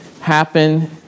happen